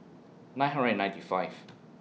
nine hundred and ninety five